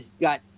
got –